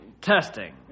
testing